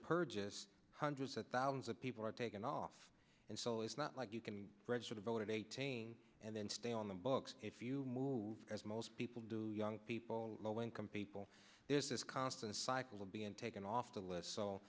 purges hundreds of thousands of people are taken off and so it's not like you can register to vote at eighteen and then stay on the books if you move as most people do young people low income people there's this constant cycle being taken off the list so